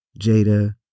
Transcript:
Jada